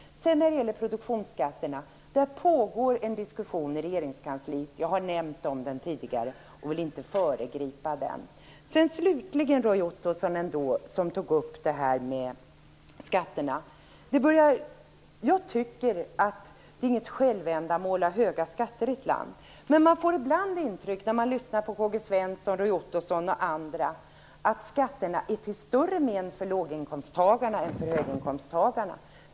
När det gäller produktionsskatterna pågår det en diskussion i Regeringskansliet, som jag har nämnt tidigare. Jag vill inte föregripa den. Slutligen tog Roy Ottosson upp frågan om skatterna. Jag tycker att det inte är något självändamål att ha höga skatter i ett land. Man får ibland intrycket, när man lyssnar på K-G Svenson, Roy Ottosson och andra, att skatterna är till större men för låginkomsttagarna än för höginkomsttagarna.